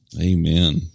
Amen